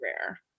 rare